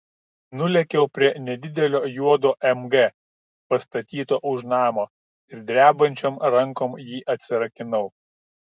nulėkiau prie nedidelio juodo mg pastatyto už namo ir drebančiom rankom jį atsirakinau